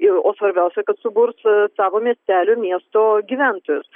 ir o svarbiausia kad suburs savo miestelių miesto gyventojus